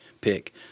pick